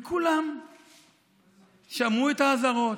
כולם שמעו את האזהרות,